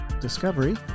Discovery